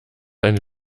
eine